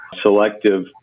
selective